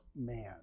man